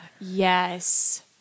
Yes